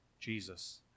Jesus